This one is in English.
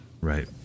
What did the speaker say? Right